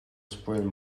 explain